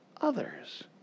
others